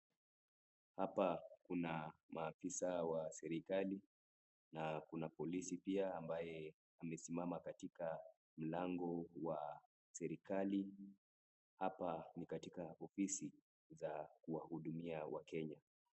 Hapa kuna maafisa wa serikali na kuna polisi pia ambaye amesimama katika mlango wa serikali. Hapa ni katika ofisi za kuwahudumia wakenya.